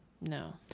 No